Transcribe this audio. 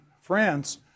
france